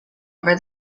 over